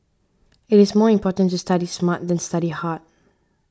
it is more important to study smart than study hard